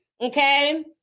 Okay